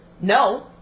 no